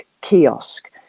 kiosk